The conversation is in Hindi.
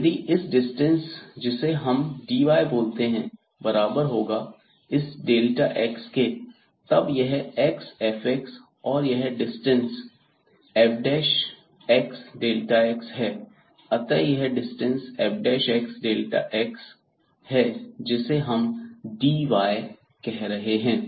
यह इस डिस्टेंस जिसे हम dy बोलते हैं बराबर होगा इस x के तब यह x f x और यह डिस्टेंस यह fx है अतः यह डिस्टेंस fx है जिसे हम dy कह रहे हैं